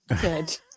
good